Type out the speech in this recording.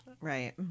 Right